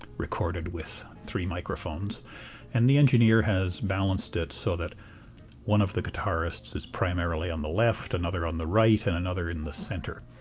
recorded with three microphones and the engineer has balanced it so that one of the guitarists is primarily on the left, another on the right, and another in the center,